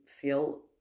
feel